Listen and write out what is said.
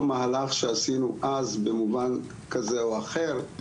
מהלך שעשינו אז במובן כזה או אחר,